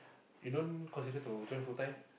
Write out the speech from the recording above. you don't consider to join full time